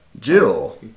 Jill